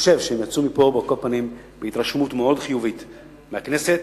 יצאו מפה בהתרשמות מאוד חיובית מהכנסת,